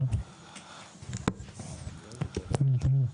אני מאוד מודה לך.